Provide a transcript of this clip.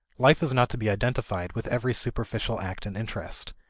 life is not to be identified with every superficial act and interest.